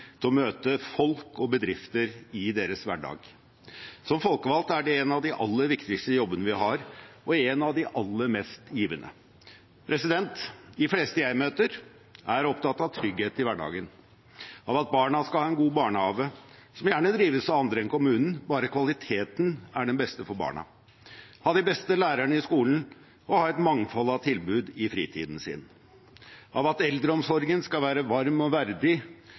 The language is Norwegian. til å møte folk og bedrifter i deres hverdag. Som folkevalgte er det en av de aller viktigste jobbene vi har, og en av de aller mest givende. De fleste jeg møter, er opptatt av trygghet i hverdagen, av at barna skal ha en god barnehage – som gjerne drives av andre enn kommunen, bare kvaliteten er den beste for barna – ha de beste lærerne i skolen og ha et mangfold av tilbud i fritiden sin, av at eldreomsorgen skal være varm og verdig,